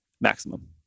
Maximum